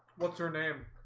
what's her name?